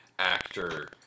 actor